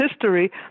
history